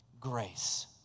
grace